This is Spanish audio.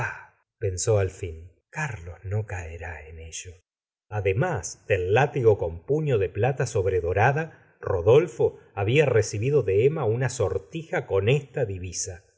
pensó al fin carlos no caerá en ello además del látigo con puño de plata sobredora da rodolfo babia recibido de emma una sortija con esta divisa